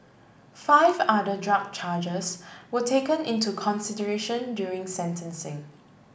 five other drug charges were taken into consideration during sentencing